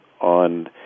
on